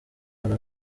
hari